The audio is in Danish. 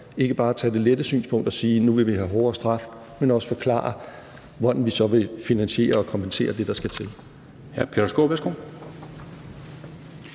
ikke bare at tage det lette synspunkt og sige, at nu vil vi have hårdere straffe, men også at forklare, hvordan vi så vil finansiere og kompensere med det, der skal til.